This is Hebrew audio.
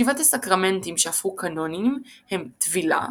שבעת הסקרמנטים שהפכו קאנוניים הם טבילה,